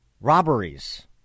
robberies